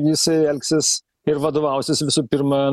jisai elgsis ir vadovausis visų pirma